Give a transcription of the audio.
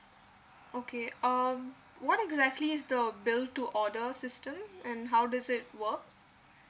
okay um what exactly is the built to order system and how does it work